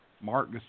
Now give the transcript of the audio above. Mark